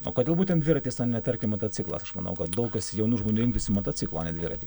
o kodėl būtent dviratis o ne tarkim motociklas aš manau kad daug kas jaunų žmonių rinktųsi motociklą o ne dviratį